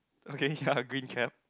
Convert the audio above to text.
okay ya green cap